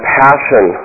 passion